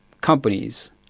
companies